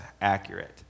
accurate